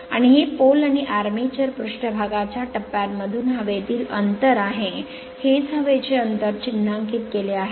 आणि हे pole आणि आर्मेचर पृष्ठभागाच्या टप्प्यांमधील हवेतील अंतर आहे हेच हवेचे अंतर चिन्हांकित केले आहे